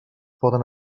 poden